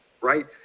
Right